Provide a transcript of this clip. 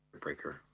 breaker